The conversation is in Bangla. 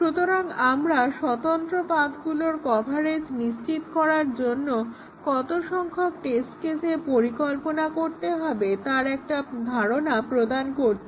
সুতরাং আমরা স্বতন্ত্র পাথগুলোর কভারেজ নিশ্চিত করার জন্য কত সংখ্যক টেস্ট কেসের পরিকল্পনা করতে হবে তার একটা ধারণা প্রদান করছি